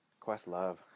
Questlove